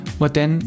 hvordan